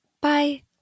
Bye